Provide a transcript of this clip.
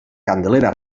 candelera